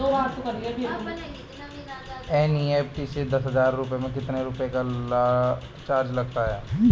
NEFT से दस हजार रुपयों पर कितने रुपए का चार्ज लगता है?